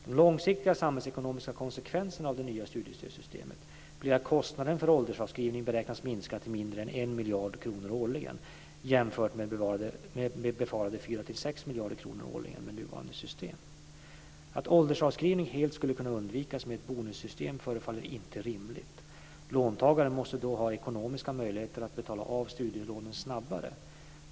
De långsiktiga samhällsekonomiska konsekvenserna av det nya studiestödssystemet blir att kostnaderna för åldersavskrivning beräknas minska till mindre än en 1 miljard kronor årligen, jämfört med befarade 4-6 miljarder kronor årligen med nuvarande system. Att åldersavskrivning helt skulle kunna undvikas med ett bonussystem förefaller inte rimligt. Låntagaren måste då ha ekonomiska möjligheter att betala av studielånen snabbare.